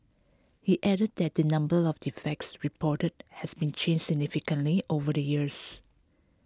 he added that the number of defects reported has not changed significantly over the years